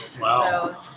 Wow